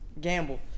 Gamble